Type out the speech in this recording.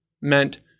meant